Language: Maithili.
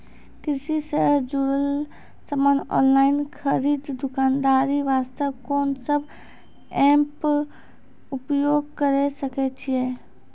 कृषि से जुड़ल समान ऑनलाइन खरीद दुकानदारी वास्ते कोंन सब एप्प उपयोग करें सकय छियै?